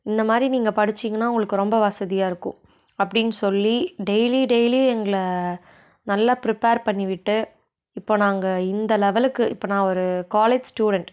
இந்த மாதிரி நீங்கள் படித்தீங்கன்னா உங்களுக்கு ரொம்ப வசதியாக இருக்கும் அப்படின்னு சொல்லி டெய்லி டெய்லி எங்களை நல்லா பிரிப்பேர் பண்ணிவிட்டு இப்போது நாங்கள் இந்த லெவலுக்கு இப்போ நான் ஒரு காலேஜ் ஸ்டூடண்ட்